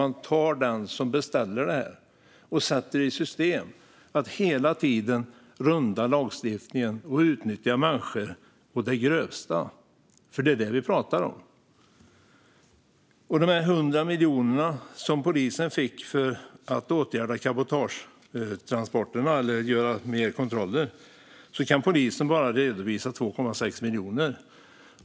Man tar inte dem som beställer dessa transporter och som sätter i system att hela tiden runda lagstiftningen och utnyttja människor å det grövsta, för det är ju det vi pratar om. Av de 100 miljoner som polisen fick för att åtgärda cabotagetransporterna eller göra mer kontroller kan polisen bara redovisa 2,6 miljoner.